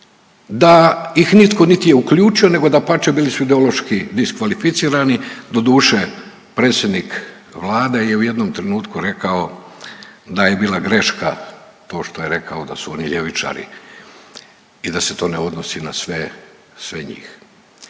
da ih nitko niti je uključio nego dapače bili su ideološki diskvalificirani, doduše predsjednik Vlade je u jednom trenutku rekao da je bila greška to što je rekao da su oni ljevičari i da se to ne odnosi na sve,